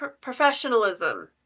professionalism